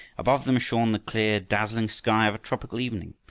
above them shone the clear dazzling sky of a tropical evening.